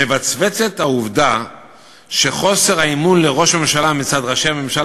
מבצבצת העובדה שחוסר האמון בראש הממשלה מצד ראשי הממשל